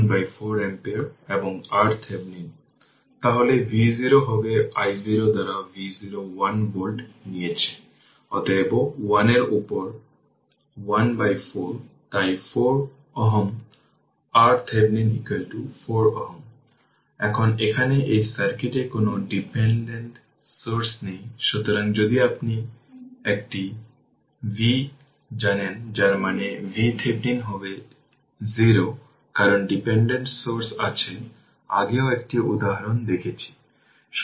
এটি দীর্ঘ সময়ের জন্য ওপেন ছিল তাই ইনিশিয়াল কারেন্ট যে I0 হবে 100 কে 2 3 দিয়ে ডিভাইড করলে 20 অ্যাম্পিয়ার এবং এটি হল ইনিশিয়াল কারেন্ট যা ইন্ডাক্টরে প্রবাহিত হয় এবং এটিতে ix হবে 0 এবং যদি ইনিশিয়াল i 3 v x 0 বের করার চেষ্টা করি যেটি 3 20 হবে